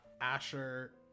Asher